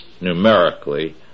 numerically